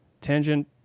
tangent